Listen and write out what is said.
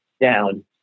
down